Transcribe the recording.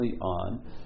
on